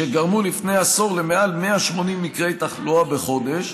שגרמו לפני עשור למעל 180 מקרי תחלואה בחודש,